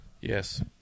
Yes